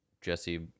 Jesse